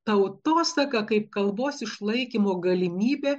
tautosaka kaip kalbos išlaikymo galimybė